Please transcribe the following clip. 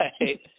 right